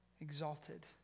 exalted